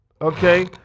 okay